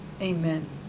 Amen